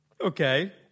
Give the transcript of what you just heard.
Okay